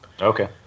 Okay